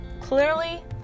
Clearly